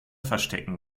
verstecken